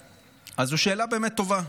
אז זו שאלה באמת טובה,